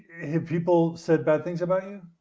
have people said bad things about you?